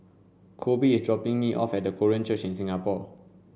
Koby is dropping me off at Korean Church in Singapore